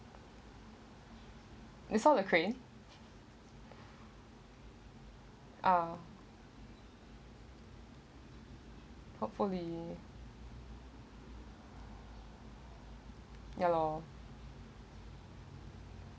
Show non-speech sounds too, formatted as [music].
you saw the crane [laughs] ah hopefully ya lor